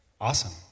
Awesome